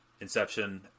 Inception